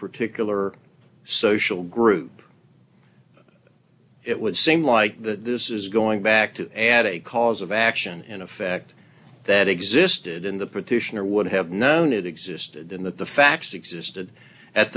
particular social group it would seem like the this is going back to at a cause of action in effect that existed in the petition or would have known it existed and that the facts existed at